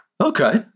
Okay